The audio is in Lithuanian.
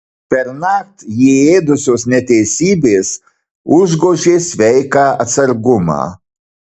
pernakt jį ėdusios neteisybės užgožė sveiką atsargumą